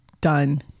done